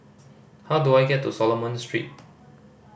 how do I get to Solomon Street